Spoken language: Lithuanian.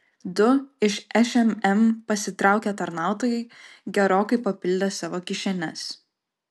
du iš šmm pasitraukę tarnautojai gerokai papildė savo kišenes